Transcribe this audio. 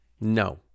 No